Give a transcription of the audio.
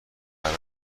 برای